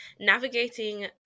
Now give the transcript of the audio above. navigating